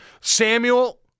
Samuel